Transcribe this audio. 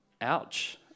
Ouch